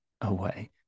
away